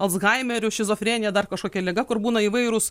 alzhaimeriu šizofrenija dar kažkokia liga kur būna įvairūs